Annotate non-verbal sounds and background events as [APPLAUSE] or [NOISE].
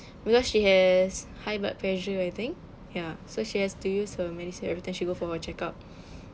because she has high blood pressure I think ya so she has to use her MediSave every time she go for her checkup [BREATH]